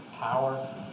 power